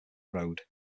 road